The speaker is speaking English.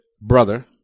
brother